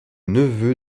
neveu